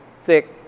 thick